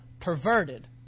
perverted